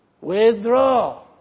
Withdraw